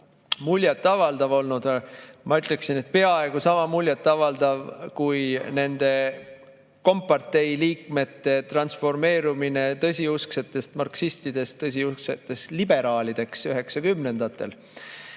muljet avaldav olnud. Ma ütleksin, et peaaegu sama muljet avaldav kui nende komparteiliikmete transformeerumine tõsiusksetest marksistidest tõsiuskseteks liberaalideks